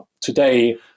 today